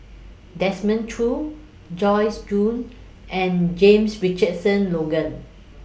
Desmond Choo Joyce Jue and James Richardson Logan